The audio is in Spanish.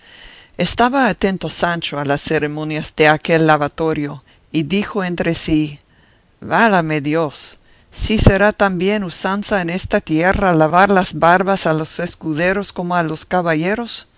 estaba atento sancho a las ceremonias de aquel lavatorio y dijo entre sí válame dios si será también usanza en esta tierra lavar las barbas a los escuderos como a los caballeros